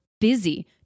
busy